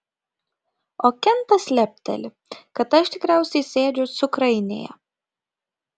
o kentas lepteli kad aš tikriausiai sėdžiu cukrainėje